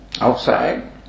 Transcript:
outside